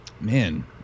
man